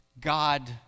God